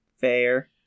Fair